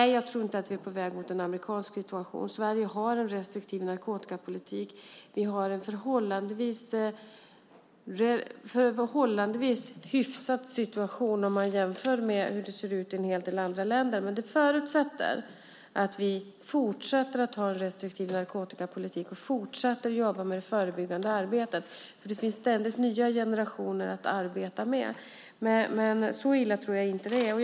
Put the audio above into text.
Jag tror inte att vi är på väg mot en amerikansk situation. Sverige har en restriktiv narkotikapolitik. Vi har en förhållandevis hyfsad situation om man jämför hur det ser ut i en hel del andra länder. Men det förutsätter att vi fortsätter att ha en restriktiv narkotikapolitik och fortsätter att jobba med det förebyggande arbetet. För det finns ständigt nya generationer att arbeta med. Men så illa tror jag inte att det är.